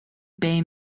bay